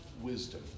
wisdom